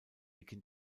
begin